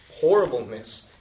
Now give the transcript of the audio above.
horribleness